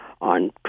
on